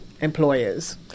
employers